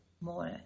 more